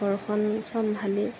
ঘৰখন চম্ভালি